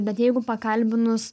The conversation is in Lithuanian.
bet jeigu pakalbinus